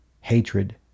hatred